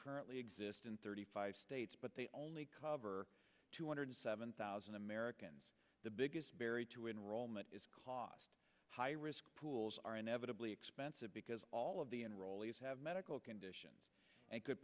currently exist in thirty five states but they only cover two hundred seven thousand americans the biggest berry to enrollment is cost high risk pools are inevitably expensive because all of the enrollees have medical conditions and could